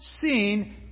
seen